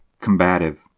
combative